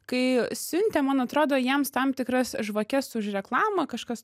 kai siuntė man atrodo jiems tam tikras žvakes už reklamą kažkas